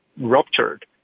ruptured